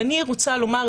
ואני רוצה לומר,